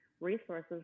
resources